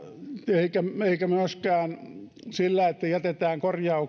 eikä myöskään sillä että jätetään